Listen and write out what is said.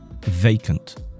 vacant